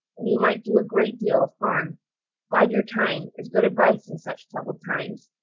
and you might do a great deal of harm bide your time is good advice in such troubled times.